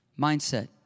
mindset